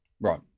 Right